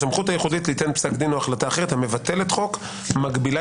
הסמכות הייחודית ליתן פסק דין או החלטה אחרת המבטלת חוק או מגבילה